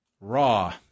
raw